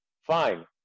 Fine